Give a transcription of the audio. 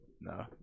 No